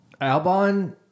albon